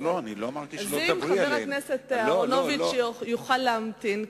אז אם חבר הכנסת אהרונוביץ יוכל להמתין,